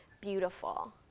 beautiful